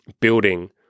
building